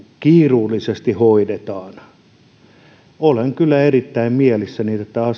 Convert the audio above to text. kiiruullisesti hoidetaan niin olen kyllä erittäin mielissäni